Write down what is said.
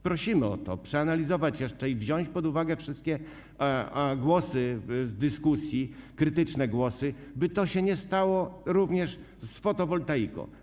Prosimy, aby to jeszcze przeanalizować i wziąć pod uwagę wszystkie głosy z dyskusji, krytyczne głosy, by to się nie stało również z fotowoltaiką.